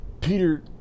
Peter